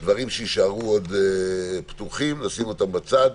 דברים שיישארו פתוחים נשים בצד,